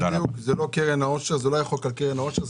למען הדיוק: זה לא היה חוק על קרן העושר.